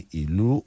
ilu